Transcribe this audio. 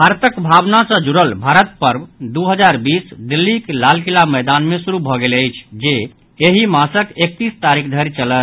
भारतक भावना सँ जुड़ल भारत पर्व दू हजार बीस दिल्लीक लालकिला मैदान मे शुरू भऽ गेल अछि जे एहि मासक एकतीस तारीख धरि चलत